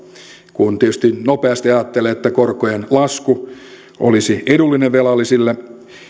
kun tietysti nopeasti ajattelee että korkojen lasku olisi edullinen velallisille